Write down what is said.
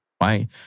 Right